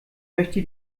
möchte